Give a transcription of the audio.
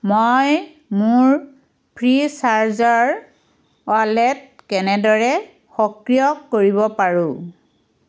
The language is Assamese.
মই মোৰ ফ্ৰী চাৰ্জৰ ৱালেট কেনেদৰে সক্ৰিয় কৰিব পাৰোঁ